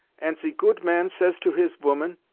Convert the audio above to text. ant ze goot man says to his voman,